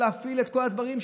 להפעיל את כל הדברים,